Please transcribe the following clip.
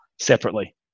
separately